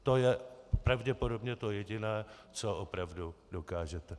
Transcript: To je pravděpodobně to jediné, co opravdu dokážete.